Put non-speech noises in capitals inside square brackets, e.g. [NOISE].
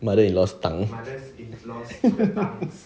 mother in laws tongue [LAUGHS]